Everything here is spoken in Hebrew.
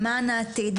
למען העתיד,